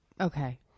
Okay